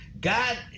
God